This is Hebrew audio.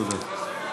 תודה.